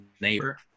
neighbor